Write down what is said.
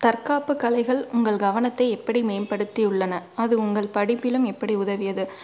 தற்காப்பு கலைகள் உங்கள் கவனத்தை எப்படி மேம்படுத்தி உள்ளன அது உங்கள் படிப்பிலும் எப்படி உதவியது